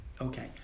Okay